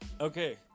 okay